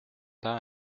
pas